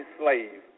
slave